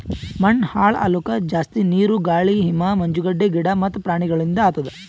ಮಣ್ಣ ಹಾಳ್ ಆಲುಕ್ ಜಾಸ್ತಿ ನೀರು, ಗಾಳಿ, ಹಿಮ, ಮಂಜುಗಡ್ಡೆ, ಗಿಡ ಮತ್ತ ಪ್ರಾಣಿಗೊಳಿಂದ್ ಆತುದ್